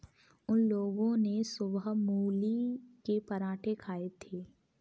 उन लोगो ने सुबह मूली के पराठे खाए थे